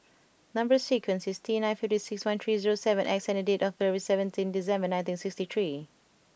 number sequence is T nine five six one three zero seven X and date of birth is seventeen December nineteen sixty three